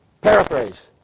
Paraphrase